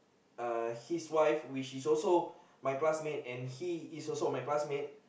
uh his wife which is also my classmate and he is also my classmate